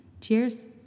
Cheers